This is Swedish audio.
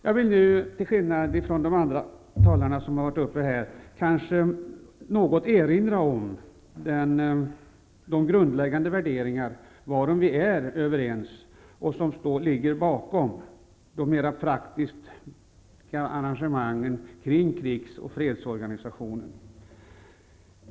Jag vill nu, till skillnad från de andra talarna som varit uppe, något erinra om de grundläggande värderingar varom vi är överens och som ligger bakom de mera praktiska arrangemangen kring krigs och fredsorganisationen.